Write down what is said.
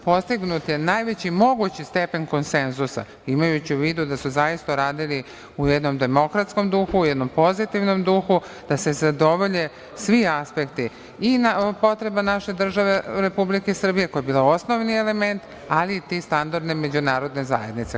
Postignut je najveći mogući stepen konsenzusa, imajući u vidu da su zaista radili u jednom demokratskom duhu, jednom pozitivnom duhu, da se zadovolje svi aspekti i potreba naše države Republike Srbije, koja je bila osnovni element, ali i ti standardi međunarodne zajednice.